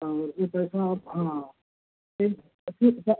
और यह पैसा आप हाँ ठीक